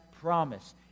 promise